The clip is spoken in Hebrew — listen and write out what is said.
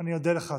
אני אודה לך.